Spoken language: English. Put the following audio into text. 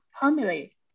family